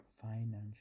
financial